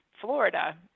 Florida